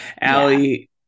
Allie